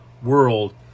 world